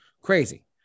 crazy